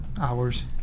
hours